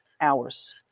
hours